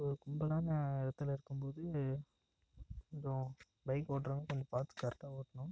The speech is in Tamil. ஒரு கும்பலான இடத்துல இருக்கும் போது கொஞ்சம் பைக் ஓட்டுறவங்க கொஞ்சம் பார்த்து கரெட்டாக ஓட்டணும்